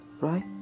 right